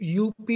up